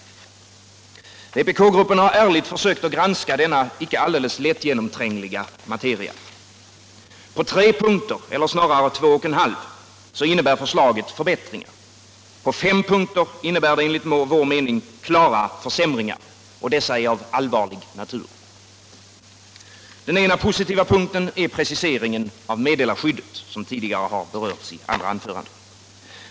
Vpk-gruppen har ärligt sökt granska denna inte alldeles lättgenomträngliga materia. På tre punkter — eller snarare två och en halv - innebär förslaget förbättringar. På fem punkter innebär det klara försämringar. Dessa är av allvarlig natur. Den första positiva punkten är preciseringen av meddelarskyddet, vilket tidigare har berörts i andra anföranden.